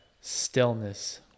stillness